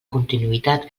continuïtat